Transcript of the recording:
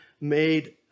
made